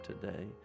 today